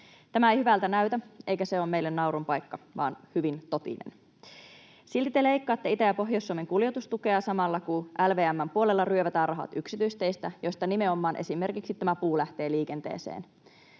Tämä ei hyvältä näytä, eikä se ole meille naurun paikka vaan hyvin totinen. Silti te leikkaatte Itä- ja Pohjois-Suomen kuljetustukea samalla kun LVM:n puolella ryövätään rahat yksityisteistä, joista nimenomaan esimerkiksi tämä puu lähtee liikenteeseen.